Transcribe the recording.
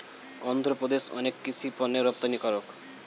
অন্ধ্রপ্রদেশ অনেক কৃষি পণ্যের রপ্তানিকারক